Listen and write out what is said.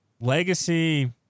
legacy